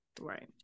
Right